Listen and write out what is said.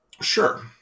Sure